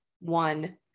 one